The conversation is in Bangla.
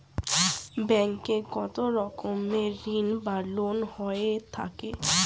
ব্যাংক এ কত রকমের ঋণ বা লোন হয়ে থাকে?